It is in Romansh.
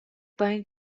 bein